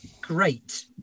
great